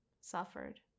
suffered